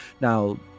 Now